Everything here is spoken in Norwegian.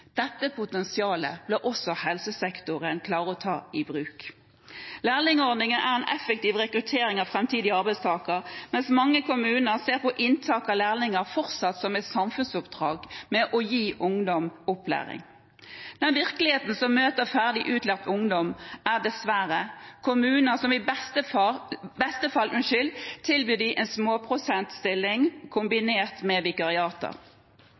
Dette potensialet bør også helsesektoren klare å ta i bruk. Lærlingordningen er en effektiv rekruttering av framtidige arbeidstakere, mens mange kommuner fortsatt ser på inntak av lærlinger som et samfunnsoppdrag for å gi ungdom opplæring. Den virkeligheten som møter ferdig utlært ungdom, er dessverre kommuner som i beste fall tilbyr dem en småprosent-stilling kombinert med vikariater.